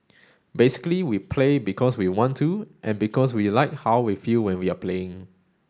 basically we play because we want to and because we like how we feel when we are playing